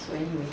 so anyway